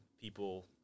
people